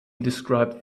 described